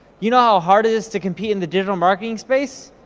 you know how hard it is to compete in the digital marketing space?